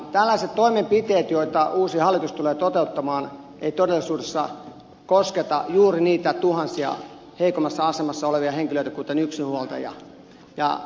tällaiset toimenpiteet joita uusi hallitus tulee toteuttamaan eivät todellisuudessa kosketa juuri niitä tuhansia heikommassa asemassa olevia henkilöitä kuten yksinhuoltajia